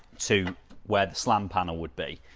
to where the slam panel would be.